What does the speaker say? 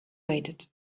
waited